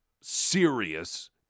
serious